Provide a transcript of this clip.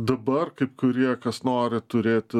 dabar kaip kurie kas nori turėti